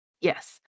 yes